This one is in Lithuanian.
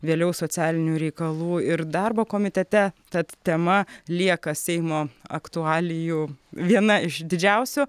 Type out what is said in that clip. vėliau socialinių reikalų ir darbo komitete tad tema lieka seimo aktualijų viena iš didžiausių